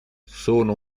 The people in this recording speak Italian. sono